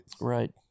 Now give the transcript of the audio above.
Right